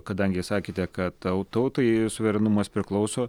kadangi sakėte kad tau tautai suverenumas priklauso